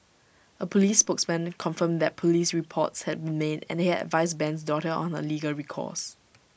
A Police spokesman confirmed that Police reports had been made and they had advised Ben's daughter on her legal recourse